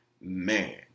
Man